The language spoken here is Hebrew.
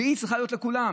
והיא צריכה להיות לכולם.